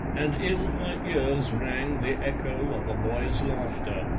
and in her ears rang the echo of a boy's laughter,